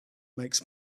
makes